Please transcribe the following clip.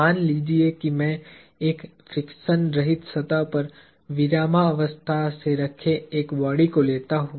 मान लीजिए कि मैं एक फ्रिक्शन रहित सतह पर विरामावस्था से रखे एक बॉडी को लेता हूं